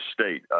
state